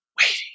waiting